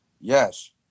yes